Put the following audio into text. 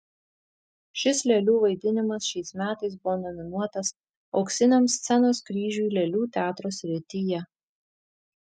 šis lėlių vaidinimas šiais metais buvo nominuotas auksiniam scenos kryžiui lėlių teatro srityje